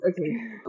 okay